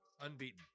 Unbeaten